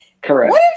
Correct